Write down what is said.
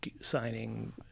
signing